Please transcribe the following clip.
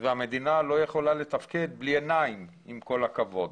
המדינה לא יכולה לתפקד בלי עיניים, עם כל הכבוד.